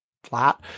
flat